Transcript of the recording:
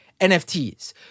NFTs